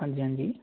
ਹਾਂਜੀ ਹਾਂਜੀ